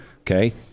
okay